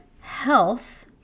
health